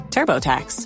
TurboTax